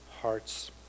hearts